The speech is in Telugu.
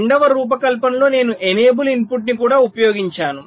రెండవ రూపకల్పనలో నేను ఎనేబుల్ ఇన్పుట్ను కూడా ఉపయోగించాను